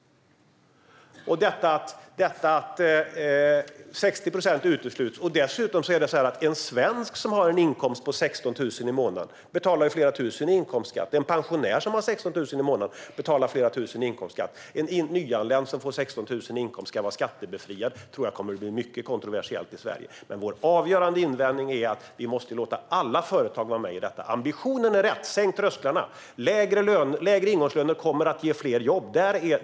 60 procent utesluts. Dessutom betalar en svensk som har en inkomst på 16 000 i månaden flera tusen i inkomstskatt. En pensionär som har 16 000 i månaden betalar flera tusen i inkomstskatt. Att en nyanländ som får 16 000 i inkomst ska vara skattebefriad tror jag kommer att bli mycket kontroversiellt i Sverige. Vår avgörande invändning är dock att vi måste låta alla företag vara med i detta. Ambitionen är rätt. Sänk trösklarna! Lägre ingångslöner kommer att ge fler jobb.